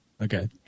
Okay